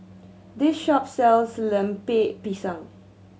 this shop sells Lemper Pisang